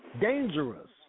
dangerous